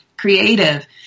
creative